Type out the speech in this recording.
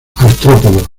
artrópodos